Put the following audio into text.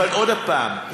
אבל עוד הפעם,